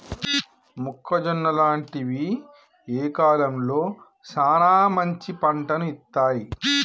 మొక్కజొన్న లాంటివి ఏ కాలంలో సానా మంచి పంటను ఇత్తయ్?